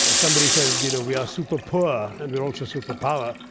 ah somebody said and you know we are super poor, and we are also super power.